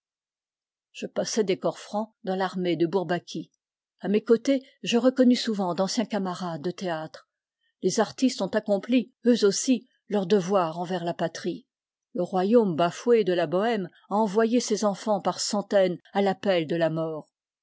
je passai des corps francs dans l'armée de bourbaki a mes côtés je reconnus souvent d'anciens camarades de théâtre les artistes ont accompli eux aussi leur devoir envers la patrie le royaume bafoué de la bohème a envoyé ses enfans par centaines à l'appel de la mort